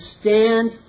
stand